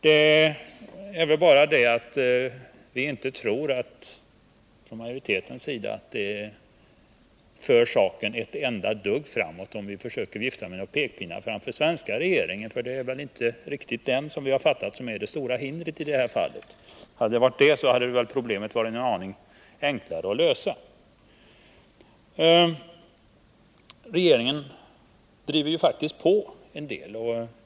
Men vi i majoriteten tror inte att det för saken ett enda dugg framåt att vi försöker vifta med pekpinnar framför den svenska regeringen. Det är inte den som är det stora hindret i det här fallet. Hade det varit det hade problemet nog varit en aning enklare att lösa. Regeringen driver faktiskt på en del.